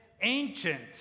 ancient